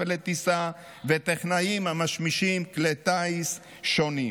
לטיסה וטכנאים המשמישים כלי טיס שונים,